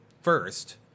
first